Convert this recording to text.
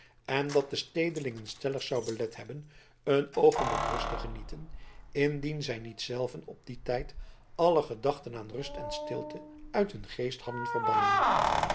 en dat de stedelingen stellig zou belet hebben een oogenblik rust te genieten indien zij niet zelven op dien tijd alle gedachten aan rust en stilte uit hun geest hadden verbannen